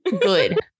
good